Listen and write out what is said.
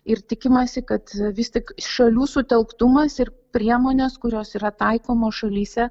ir tikimasi kad vis tik šalių sutelktumas ir priemonės kurios yra taikomos šalyse